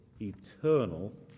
eternal